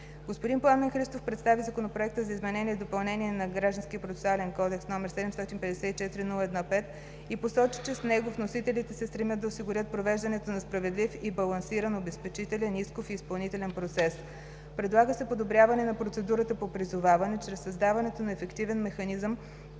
Господин Пламен Христов представи Законопроекта за изменение и допълнение на Гражданския процесуален кодекс, № 754-01-5, и посочи, че с него вносителите се стремят да осигурят провеждането на справедлив и балансиран обезпечителен, исков и изпълнителен процес. Предлага се подобряване на процедурата по призоваване чрез създаването на ефективен механизъм,